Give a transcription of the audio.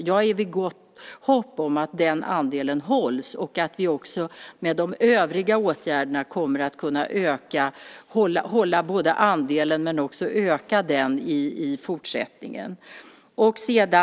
Jag har gott hopp om att den andelen hålls och att vi tillsammans med de övriga åtgärderna kommer att kunna hålla andelen men också öka den i fortsättningen.